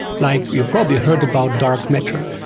like you've probably heard about dark matter.